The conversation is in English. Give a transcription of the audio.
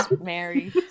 Mary